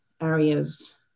areas